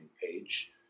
page